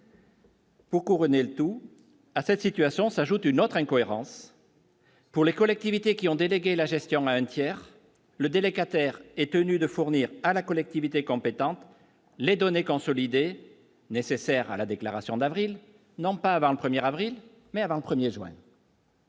Pour couronner le tout, à cette situation, s'ajoute une autre incohérence pour les collectivités qui ont délégué la gestion à un tiers le délégataire est tenu de fournir à la collectivité compétente les données consolidées nécessaire à la déclaration d'avril n'ont pas avant le 1er avril mais avant le 1er juin.